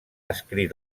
escrit